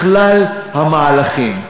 לכלל המהלכים.